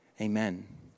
Amen